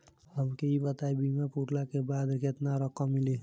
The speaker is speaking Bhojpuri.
हमके ई बताईं बीमा पुरला के बाद केतना रकम मिली?